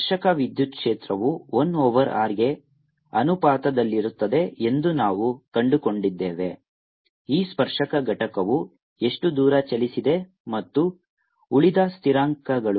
ಸ್ಪರ್ಶಕ ವಿದ್ಯುತ್ ಕ್ಷೇತ್ರವು 1 ಓವರ್ r ಗೆ ಅನುಪಾತದಲ್ಲಿರುತ್ತದೆ ಎಂದು ನಾವು ಕಂಡುಕೊಂಡಿದ್ದೇವೆ ಈ ಸ್ಪರ್ಶಕ ಘಟಕವು ಎಷ್ಟು ದೂರ ಚಲಿಸಿದೆ ಮತ್ತು ಉಳಿದ ಸ್ಥಿರಾಂಕಗಳು ಇವು